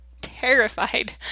terrified